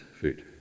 food